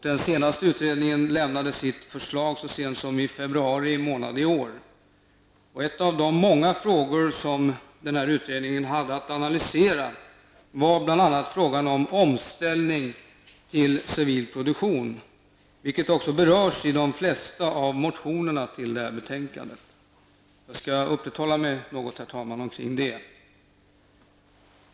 Den senaste utredningen lämnades i ett förslag så sent som i februari i år. En av de många frågor som denna utredning hade att analysera var frågan om en omställning till civil produktion, något som berörs i de flesta av motionerna i detta betänkande. Jag skall, herr talman, uppehålla mig något vid det.